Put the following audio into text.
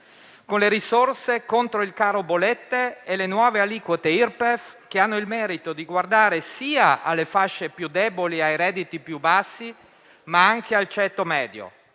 con le risorse contro il caro bollette e le nuove aliquote Irpef che hanno il merito di guardare sia alle fasce più deboli e ai redditi più bassi, ma anche al ceto medio.